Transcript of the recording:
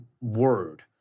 word